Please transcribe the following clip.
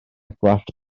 gwallt